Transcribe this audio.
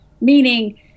meaning